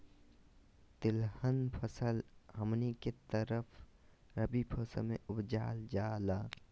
तिलहन फसल हमनी के तरफ रबी मौसम में उपजाल जाला